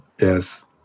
Yes